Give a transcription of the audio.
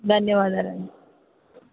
ధన్యవాదాలండి